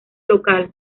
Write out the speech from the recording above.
local